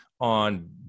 on